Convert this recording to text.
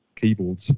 keyboards